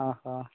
ᱚ ᱦᱚᱸ